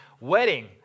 wedding